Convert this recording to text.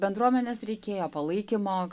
bendruomenės reikėjo palaikymo